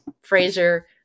fraser